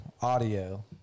audio